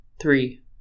three